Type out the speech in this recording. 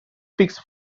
fix